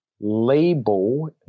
label